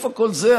איפה כל זה?